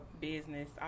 business